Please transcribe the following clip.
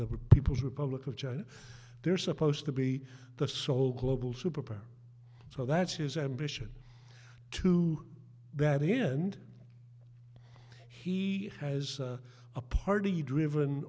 the people's republic of china they're supposed to be the sole global superpower so that's his ambition to that end he has a party driven